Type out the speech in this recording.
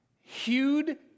hewed